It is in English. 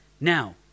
Now